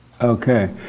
Okay